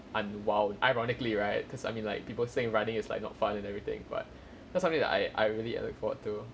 I'm !wow! ironically right cause I mean like people saying running is like not fun and everything but there's something that I I really look forward to